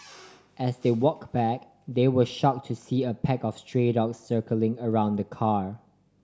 as they walk back they were shock to see a pack of stray dogs circling around the car